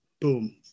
boom